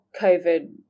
COVID